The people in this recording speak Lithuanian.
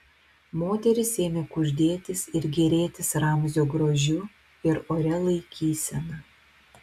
moterys ėmė kuždėtis ir gėrėtis ramzio grožiu ir oria laikysena